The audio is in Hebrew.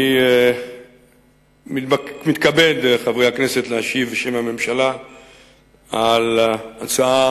אני מתכבד, חברי הכנסת, להשיב בשם הממשלה על הצעה